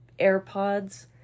AirPods